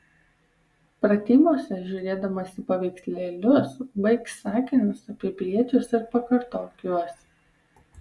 pratybose žiūrėdamas į paveikslėlius baik sakinius apie briedžius ir pakartok juos